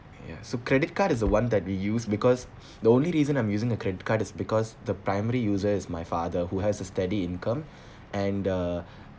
ya so credit card is the one that we use because the only reason I'm using a credit card because the primary user is my father who has a steady income and the